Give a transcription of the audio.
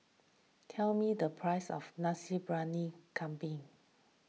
tell me the price of Nasi Briyani Kambing